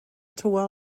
tywel